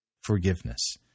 Forgiveness